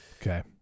Okay